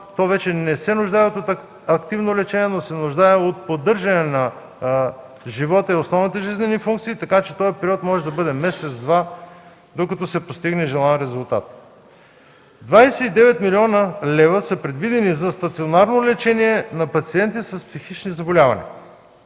то вече не се нуждае от активно лечение, но се нуждае от поддържане на живота и основните жизнени функции. Този период може да бъде месец – два, докато се постигне желан резултат. Предвидени са 29 млн. лв. за стационарно лечение на пациенти с психични заболявания.